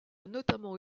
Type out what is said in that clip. notamment